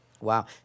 Wow